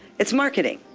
it's marketing,